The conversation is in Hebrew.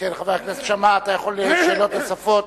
חבר הכנסת שאמה, אתה יכול לשאול שאלות נוספות.